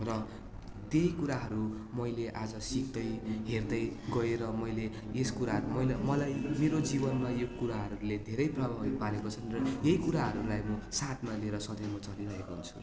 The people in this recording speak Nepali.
र त्यही कुराहरू मैले आज सिक्दै हेर्दै गएर मैले यस कुराहरू मैले मलाई मेरो जीवनमा यो कुराहरूले धेरै प्रभाव पारेको छ र यही कुराहरूलाई म साथमा लिएर सदैव चलिरहेको हुन्छु